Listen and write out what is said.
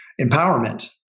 empowerment